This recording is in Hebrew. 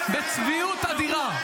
בצביעות אדירה.